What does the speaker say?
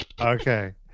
okay